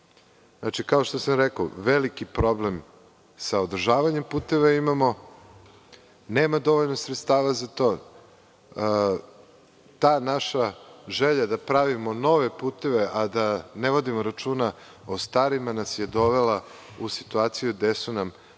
održavanje. Kao što sam rekao, imamo veliki problem sa održavanjem puteva jer nema dovoljno sredstava za to. Ta naša želja da pravimo nove puteve, a da ne vodimo računa o starima, nas je dovela u situaciju da su nam putevi